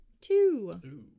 Two